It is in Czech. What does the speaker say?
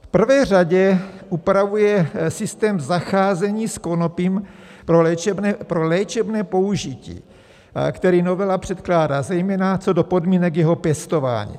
V prvé řadě upravuje systém zacházení s konopím pro léčebné použití, který novela předkládá, zejména co do podmínek jeho pěstování.